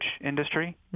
industry